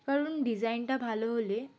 কারণ ডিজাইনটা ভালো হলে